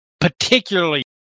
particularly